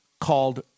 called